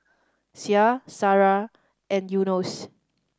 Syah Sarah and Yunos